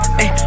Hey